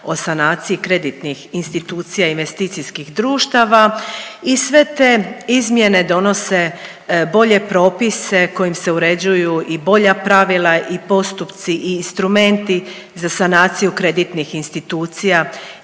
o sanaciji kreditnih institucija i investicijskih društava i sve te izmjene donose bolje propise kojim se uređuju i bolja pravila i postupci i instrumenti za sanaciju kreditnih institucija